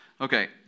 Okay